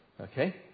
Okay